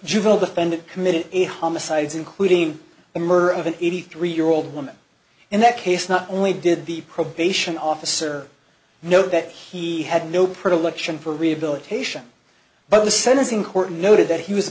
juvenile defendant committed a homicides including the murder of an eighty three year old woman in that case not only did the probation officer know that he had no predilection for rehabilitation but the sentencing court noted that he was